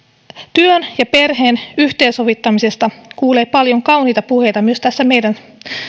työn ja perheen yhteensovittamisesta kuulee paljon kauniita puheita myös tässä meidän